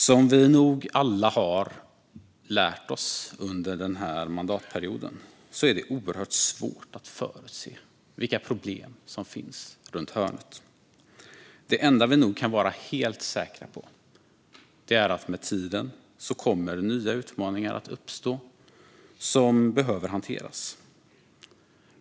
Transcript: Som vi nog alla har lärt oss under den här mandatperioden är det oerhört svårt att förutse vilka problem som finns runt hörnet. Det enda vi nog kan vara helt säkra på är att det med tiden kommer att uppstå nya utmaningar som behöver hanteras.